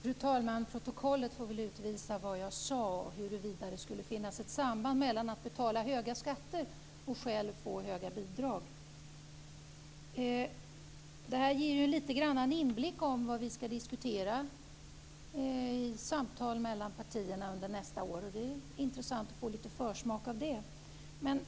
Fru talman! Protokollet får väl utvisa vad jag sade i fråga om ett samband mellan att betala höga skatter och att själv få höga bidrag. Det här ger en liten inblick i vad vi skall diskutera i samtal mellan partierna under nästa år, och det är intressant att få en försmak av det.